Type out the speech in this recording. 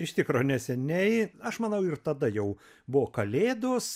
iš tikro neseniai aš manau ir tada jau buvo kalėdos